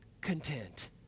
content